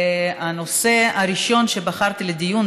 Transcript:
הנושא הראשון שבחרתי לדיון,